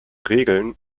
regeln